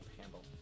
handle